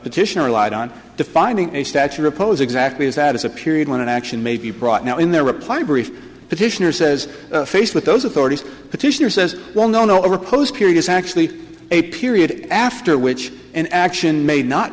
petition relied on defining a statute or oppose exactly as that is a period when an action may be brought now in their reply brief petitioner says faced with those authorities petitioner says well no no or close period is actually a period after which an action may not